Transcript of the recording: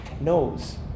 knows